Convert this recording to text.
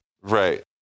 right